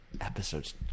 episodes